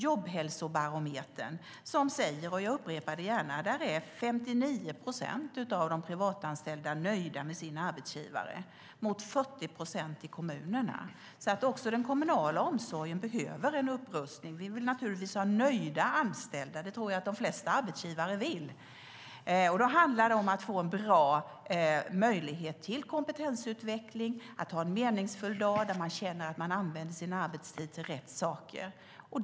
Jobbhälsobarometern säger - jag upprepar det gärna - att 59 procent av de privatanställda är nöjda med sin arbetsgivare mot 40 procent i kommunerna. Även den kommunala omsorgen behöver alltså en upprustning. Vi vill naturligtvis ha nöjda anställda. Det tror jag att de flesta arbetsgivare vill. Då handlar det om att få bra möjlighet till kompetensutveckling och att ha en meningsfull dag där man känner att man använder sin arbetstid till rätt saker.